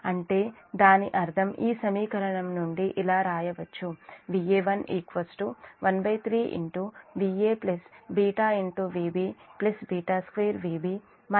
అంటే దాని అర్థము ఈ సమీకరణం నుండి ఇలా రాయొచ్చు Va1 13 Va β Vb β2 Vb β2Zf Ib